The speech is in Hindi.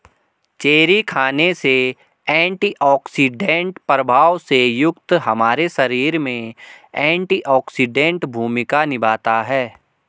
चेरी खाने से एंटीऑक्सीडेंट प्रभाव से युक्त हमारे शरीर में एंटीऑक्सीडेंट भूमिका निभाता है